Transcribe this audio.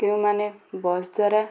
କେଉଁମାନେ ବସ୍ ଦ୍ଵାରା